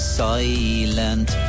silent